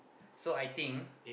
so I think